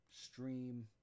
stream